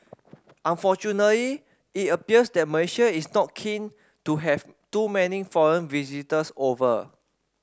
unfortunately it appears that Malaysia is not keen to have too many foreign visitors over